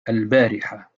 البارحة